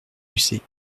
lucé